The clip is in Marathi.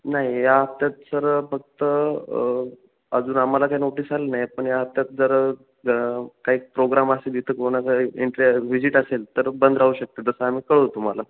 नाही या हप्त्यात सर फक्त अजून आम्हाला काही नोटिस आली नाही पण या हप्त्यात जर काही प्रोग्राम असेल तर तिथं कोणा काही इंटरे विजिट असेल तर बंद राहू शकते तसं आम्ही कळवू तुम्हाला